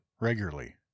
Regularly